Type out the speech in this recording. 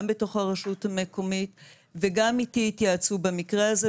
גם בתוך הרשות המקומית וגם איתי התייעצו במקרה הזה,